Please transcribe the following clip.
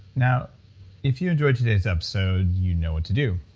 now if you enjoyed today's episode, you know what to do.